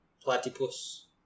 Platypus